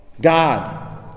god